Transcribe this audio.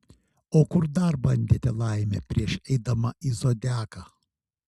o kur dar bandėte laimę prieš eidama į zodiaką